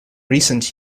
recent